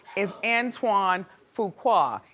is antoine fuqua.